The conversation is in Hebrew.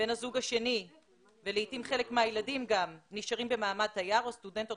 בן הזוג השני ולעתים חלק מהילדים גם נשארים במעמד תייר או סטודנט או